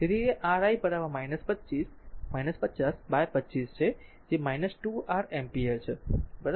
તેથી તે r i 50 by 25 છે જે 2 r એમ્પીયર છે બરાબર